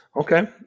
Okay